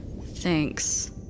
thanks